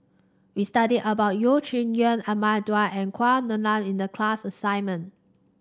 we studied about Yeo Shih Yun Ahmad Daud and in the class assignment